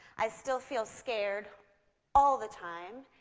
i still feel scared all the time,